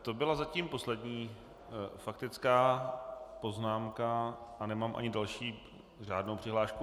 To byla zatím poslední faktická poznámka a nemám ani další řádnou přihlášku.